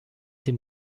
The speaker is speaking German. dem